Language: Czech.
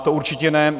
To určitě ne.